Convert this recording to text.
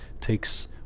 takes